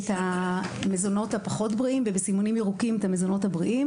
את המזונות הפחות בריאים ובסימנים ירוקים את המזונות הבריאים.